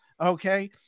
okay